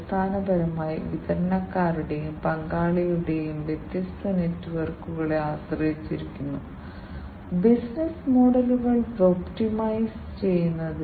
multi parameter sensing എന്നാൽ ഒരേ അർത്ഥത്തിൽ വ്യത്യസ്ത പാരാമീറ്ററുകൾ എന്നാണ് അർത്ഥമാക്കുന്നത് ഒരേ സെൻസറുകളിലൂടെ ഒന്നിലധികം പാരാമീറ്ററുകൾ അളക്കാൻ സാധിക്കും